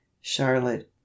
Charlotte